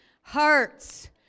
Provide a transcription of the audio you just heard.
hearts